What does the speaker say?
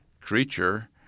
creature